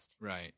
Right